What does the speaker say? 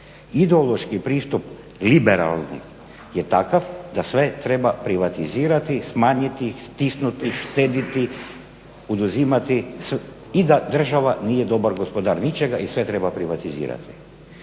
Ideološki pristup, liberalni je takav da sve treba privatizirati, smanjiti, stisnuti, štediti, oduzimati i da država nije dobar gospodar ničega i sve treba privatizirati.